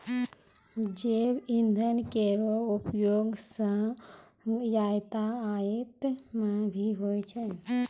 जैव इंधन केरो उपयोग सँ यातायात म भी होय छै